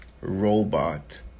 robot